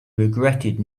regretted